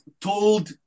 told